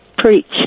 Preach